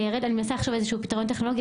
אני מנסה לחשוב על איזשהו פתרון טכנולוגי,